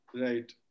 Right